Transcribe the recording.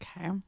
Okay